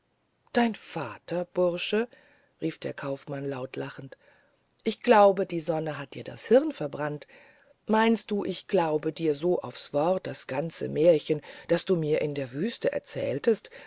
dein vater bursche rief der kaufmann laut lachend ich glaube die sonne hat dir das hirn verbrannt meinst du ich glaube dir so aufs wort das ganze märchen das du mir in der wüste erzähltest